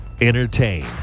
Entertain